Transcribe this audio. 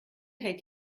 hält